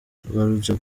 tugarutse